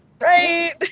Right